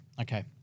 Okay